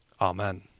Amen